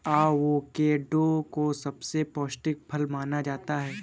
avocado को सबसे पौष्टिक फल माना जाता है